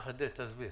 תחדד, תסביר.